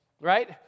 right